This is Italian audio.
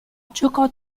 giocò